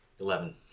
Eleven